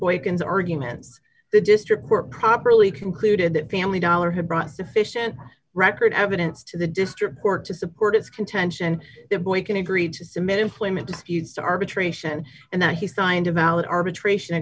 boykins arguments the district court properly concluded that family dollar had brought sufficient record evidence to the district court to support its contention the boy can agree to submit employment disputes to arbitration and that he signed a valid arbitration